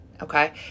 Okay